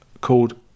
called